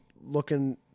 looking